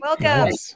Welcome